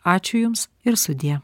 ačiū jums ir sudie